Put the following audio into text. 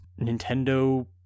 Nintendo